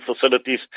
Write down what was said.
facilities